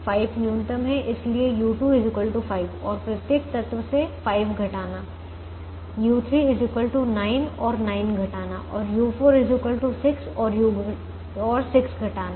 5 न्यूनतम है इसलिए u2 5 और प्रत्येक तत्व से 5 घटाना u3 9 और 9 घटाना और u4 6 और 6 घटाना